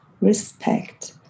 respect